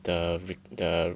the rec~ the